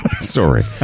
Sorry